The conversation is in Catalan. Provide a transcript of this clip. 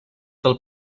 del